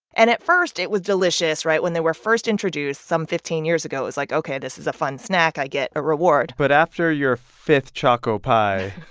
and at first, it was delicious right? when they were first introduced some fifteen years ago. it was like, ok, this is a fun snack. i get a reward but after your fifth choco pie